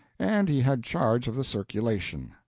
and he had charge of the circulation.